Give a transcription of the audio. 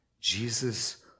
Jesus